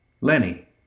Lenny